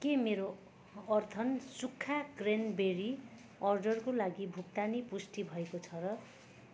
के मेरो अर्थन सुक्खा क्रेनबेरी अर्डरको लागि भुक्तानी पुष्टि भएको छ र